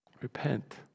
repent